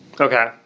Okay